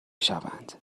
شوند